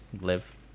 live